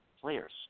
players